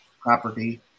property